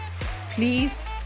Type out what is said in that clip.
Please